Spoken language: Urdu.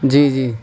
جی جی